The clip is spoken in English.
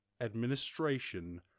administration